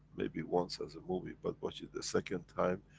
maybe once as a movie, but watch it the second time,